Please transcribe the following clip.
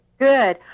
Good